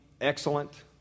excellent